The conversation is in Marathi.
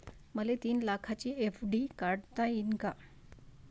मले तीन लाखाची एफ.डी काढता येईन का?